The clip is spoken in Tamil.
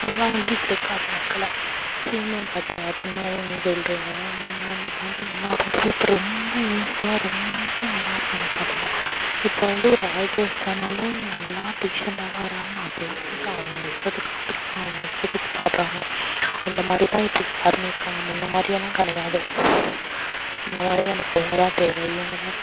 அதெல்லாம் வந்து ஈர்க்காது மக்களை சினிமா பாட்டு அப்பட்னா ஒன்று சொல்கிறிங்க முன்னே வந்த பாட்டு எல்லா பாட்டுமே இப்போ வந்து ரொம்ப யூஸ்ஃபுல்லாக ரொம்ப நல்லா இருக்குது அந்த பாட்டெல்லாம் இப்போ வந்து ஆர்கெஸ்ட்டானாலே நல்லா டீசெண்டாவாக ஆடுறாங்க அப்பட்லாம் இல்லை அவங்கவுங்க இஸ்டத்துக்கு ஆடுறாங்க அவங்க இஷ்டத்துக்கு பாடுறாங்க அந்த மாதிரி தான் இப்போ எல்லாருமே இருக்காங்கள் முன்னே மாதிரியெல்லாம் கிடையாது முன்னே மாதிரி நமக்கு அவங்க தான் தேவை இவங்க தான்